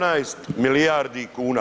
18 milijardi kuna.